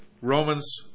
Romans